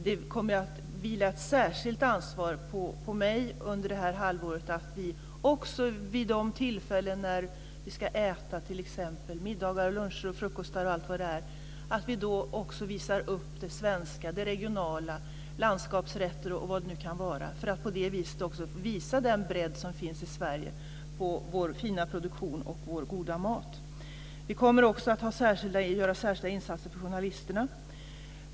Det kommer att vila ett särskilt ansvar på mig under det halvåret att vi också vid de tillfällen det ska ätas - middagar, luncher och frukostar - att vi då visar upp det svenska, regionala, landskapsrätter osv. för att på det viset visa den bredd som finns i Sverige på vår fina produktion och vår goda mat. Vi kommer också att göra särskilda insatser för journalisterna.